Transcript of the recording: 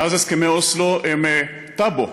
מאז הסכמי אוסלו הם בטאבו,